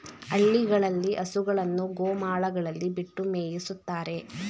ಹಳ್ಳಿಗಳಲ್ಲಿ ಹಸುಗಳನ್ನು ಗೋಮಾಳಗಳಲ್ಲಿ ಬಿಟ್ಟು ಮೇಯಿಸುತ್ತಾರೆ